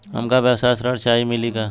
हमका व्यवसाय ऋण चाही मिली का?